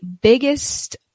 biggest